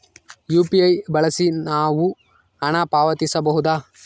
UPI ಬಳಸಿ ನಾವು ಹಣ ಪಾವತಿಸಬಹುದಾ?